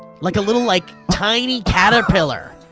like a little like tiny caterpillar.